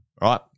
right